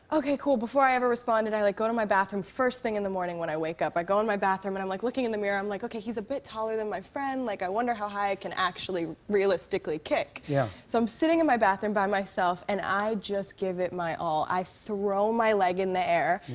okay, cool. before i ever responded, i, like, go to my bathroom. first thing in the morning when i wake up, i go in my bathroom, and i'm, like, looking in the mirror. i'm like, okay, he's a bit taller than my friend. like, i wonder how high i can actually, realistically kick. yeah. so, i'm sitting in my bathroom by myself, and i just give it my all. i throw my leg in the air.